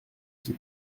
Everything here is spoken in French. qui